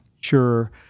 Sure